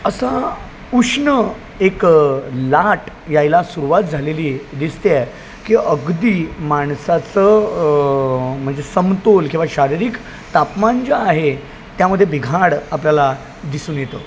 असा उष्ण एक लाट यायला सुरुवात झालेली दिसते की अगदी माणसाचं म्हणजे समतोल किंवा शारीरिक तापमान जे आहे त्यामध्ये बिघाड आपल्याला दिसून येतो